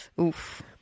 oof